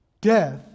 Death